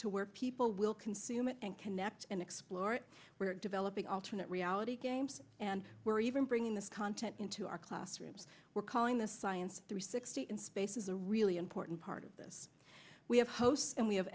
to where people will consume it and connect and explore it we're developing alternate reality games and we're even bringing this content into our classrooms we're calling the science three sixty in space is the really important part of this we have hosts and we have